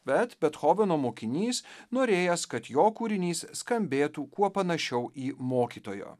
bet bethoveno mokinys norėjęs kad jo kūrinys skambėtų kuo panašiau į mokytojo